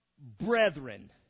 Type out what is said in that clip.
brethren